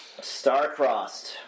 star-crossed